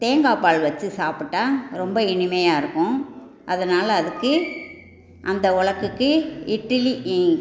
தேங்காய் பால் வச்சு சாப்பிட்டால் ரொம்ப இனிமையாக இருக்கும் அதனால் அதுக்கு அந்த உலக்குக்கு இட்லி இ